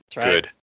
Good